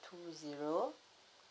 two zero